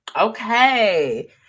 okay